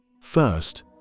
First